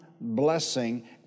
blessing